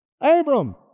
Abram